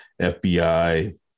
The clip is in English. FBI